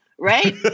Right